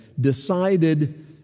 decided